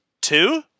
Two